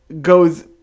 goes